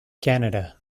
canada